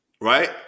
right